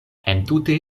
entute